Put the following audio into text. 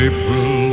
April